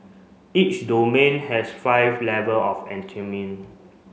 each domain has five level of